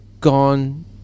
gone